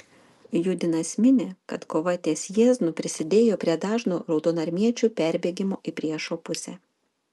judinas mini kad kova ties jieznu prisidėjo prie dažno raudonarmiečių perbėgimo į priešo pusę